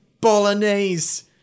Bolognese